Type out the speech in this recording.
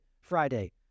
Friday